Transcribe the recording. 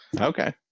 Okay